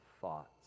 thoughts